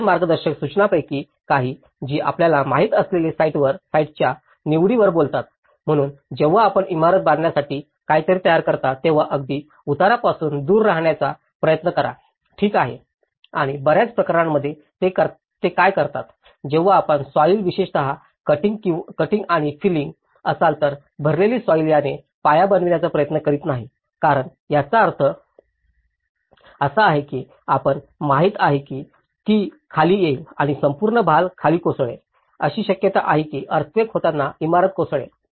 इतर मार्गदर्शक सूचनांपैकी काही जी आपल्याला माहिती असलेल्या साइटच्या निवडीवर बोलतात म्हणून जेव्हा आपण इमारत बांधण्यासाठी काहीतरी तयार करता तेव्हा अगदी उतारापासून दूर रहाण्याचा प्रयत्न करा ठीक आहे आणि बर्याच प्रकरणांमध्ये ते काय करतात जेव्हा आपण सॉईल विशेषत कटिंग आणि फीलिन्ग असाल तर भरलेली सॉईल याने पाया बनवण्याचा प्रयत्न करीत नाही कारण याचा अर्थ असा आहे की आपणास माहित आहे की ती खाली येईल आणि संपूर्ण भार खाली कोसळेल अशी शक्यता आहे की अर्थक्वेक होताना इमारत कोसळेल